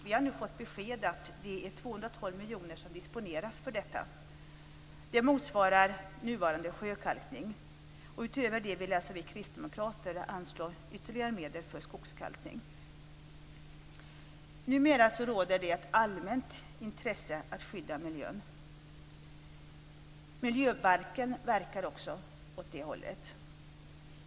Vi har nu fått besked om att 212 miljoner disponeras för detta. Det motsvarar nuvarande sjökalkning. Utöver det vill vi kristdemokrater alltså anslå ytterligare medel för skogskalkning. Numera råder det ett allmänt intresse för att skydda miljön. Miljöbalken verkar också åt det hållet.